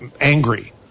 angry